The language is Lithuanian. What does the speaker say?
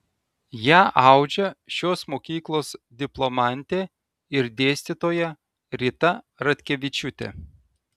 ją audžia šios mokyklos diplomantė ir dėstytoja rita ratkevičiūtė